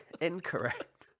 incorrect